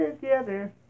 together